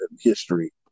history